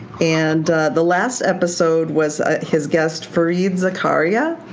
and the last episode was his guest fareed zakaria.